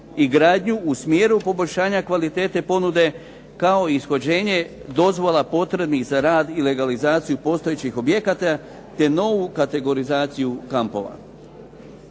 i gradnju u smjeru poboljšanja kvalitete ponude kao ishođenje dozvola potrebnih za rad i legalizaciju postojećih objekata te novu kategorizaciju kampova.